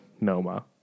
Noma